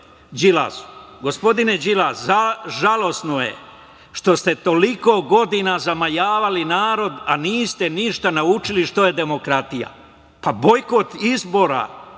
Đilasu: „Gospodine Đilas, žalosno je što ste toliko godina zamajavali narod, a niste ništa naučili šta je demokratija. Pa bojkot izbora